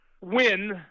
win